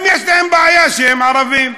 הם, יש להם בעיה שהם ערבים.